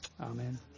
Amen